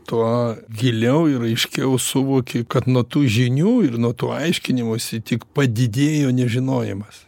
tuo giliau ir aiškiau suvoki kad nuo tų žinių ir nuo to aiškinimosi tik padidėjo nežinojimas